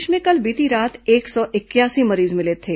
प्रदेश में कल बीती रात तक एक सौ इकयासी मरीज मिले थे